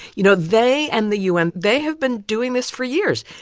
you know, they and the u n. they have been doing this for years.